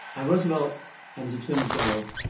and roosevelt and his attorney general,